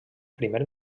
primer